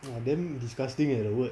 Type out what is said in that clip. !wah! damn disgusting eh the word